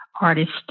artist